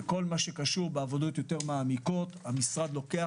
בכל מה שקשור בעבודות יותר מעמיקות המשרד לוקח